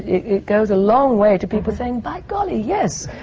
it goes a long way to people saying, by golly, yes!